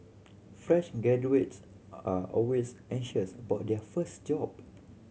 fresh graduates are always anxious about their first job